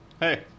Hey